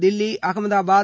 Delhi Ahmedabad